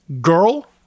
girl